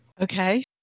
Okay